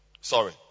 Sorry